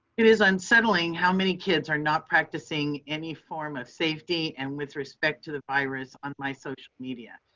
it is unsettling how many kids are not practicing any form of safety and with respect to the virus on my social media.